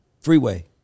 Freeway